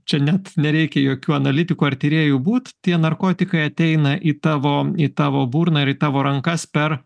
čia net nereikia jokiu analitiku ar tyrėju būt tie narkotikai ateina į tavo į tavo burną ir į tavo rankas per